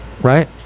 Right